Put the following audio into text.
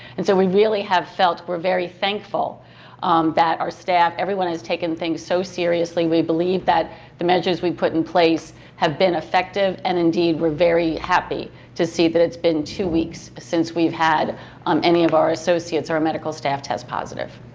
and so we really have felt, we're very thankful that our staff, everyone has taken things so seriously. we believe that the measures we've put in place have been effective and indeed we're very happy to see that it's been two weeks since we've had um any of our associates or a medical staff test positive.